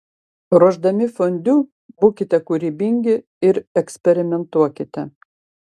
ruošdami fondiu būkite kūrybingi ir eksperimentuokite